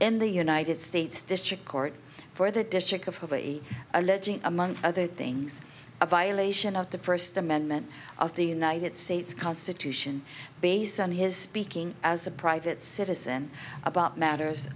in the united states district court for the district of hawaii alleging among other things a violation of the first amendment of the united states constitution based on his speaking as a private citizen about matters